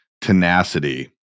tenacity